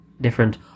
different